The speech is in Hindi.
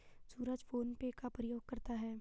सूरज फोन पे का प्रयोग करता है